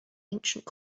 ancient